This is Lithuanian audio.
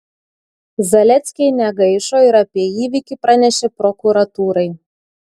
zaleckiai negaišo ir apie įvykį pranešė prokuratūrai